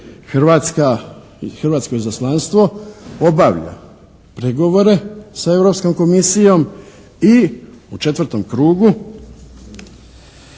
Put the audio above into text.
hrvatsko izaslanstvo obavlja pregovore sa Europskom komisijom i u četvrtom krugu